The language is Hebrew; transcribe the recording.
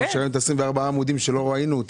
24 העמודים שלא ראינו.